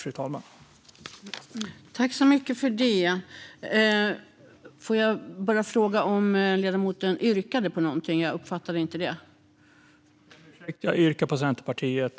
Jag yrkar bifall till reservation 3.